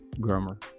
grammar